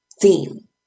theme